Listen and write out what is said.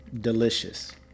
delicious